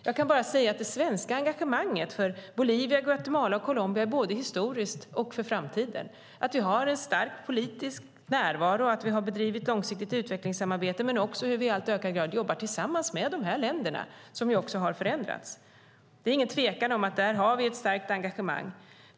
Jag kan bara säga att det svenska engagemanget för Bolivia, Guatemala och Colombia är både historiskt och för framtiden, att vi har en stark politisk närvaro och att vi har bedrivit långsiktigt utvecklingssamarbete men också att vi i allt större grad jobbar tillsammans med de här länderna, som också har förändrats. Det är ingen tvekan om att vi där har ett starkt engagemang.